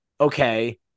okay